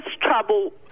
trouble